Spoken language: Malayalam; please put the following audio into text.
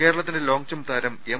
കേരളത്തിന്റെ ലോങ്ജംപ് താരം എം